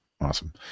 Awesome